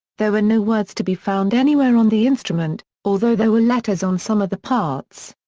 there were no words to be found anywhere on the instrument, although there were letters on some of the parts.